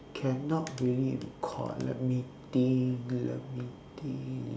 cannot believe you caught let me think let me think